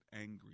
angry